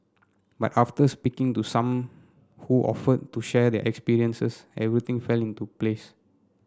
but after speaking to some who offered to share their experiences everything fell into place